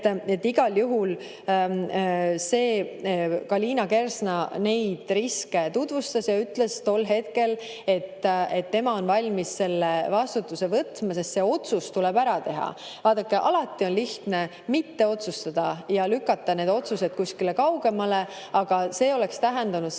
3,3%. Ka Liina Kersna neid riske tutvustas ja ütles tol hetkel, et tema on valmis selle vastutuse võtma, sest see otsus tuleb ära teha. Vaadake, alati on lihtne mitte otsustada ja lükata need otsused kuskile kaugemale, aga see oleks tähendanud seda, et